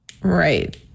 Right